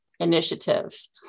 initiatives